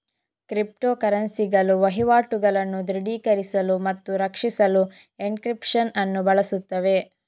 crypto ಕರೆನ್ಸಿಗಳು ವಹಿವಾಟುಗಳನ್ನು ದೃಢೀಕರಿಸಲು ಮತ್ತು ರಕ್ಷಿಸಲು ಎನ್ಕ್ರಿಪ್ಶನ್ ಅನ್ನು ಬಳಸುತ್ತವೆ